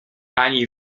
ani